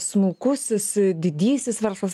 smulkusis didysis verslas